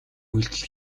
үйлдэл